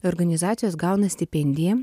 organizacijos gauna stipendiją